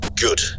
Good